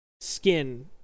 skin